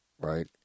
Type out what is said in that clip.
right